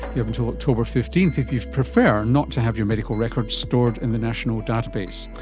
you have until october fifteen if if you'd prefer not to have your medical records stored in the national database.